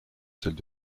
celle